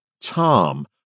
Tom